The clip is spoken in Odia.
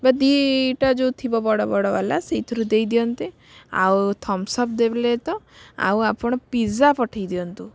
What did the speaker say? ବା ଦୁଇଟା ଯେଉଁ ଥିବ ବଡ଼ ବଡ଼ ବାଲା ସେଇଥିରୁ ଦେଇ ଦିଅନ୍ତେ ଆଉ ଥମସ୍ ଅପ୍ ଦେଲେ ତ ଆଉ ଆପଣ ପିଜ୍ଜା ପଠାଇ ଦିଅନ୍ତୁ